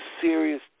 serious